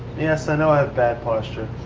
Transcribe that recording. yes, i know i have bad posture.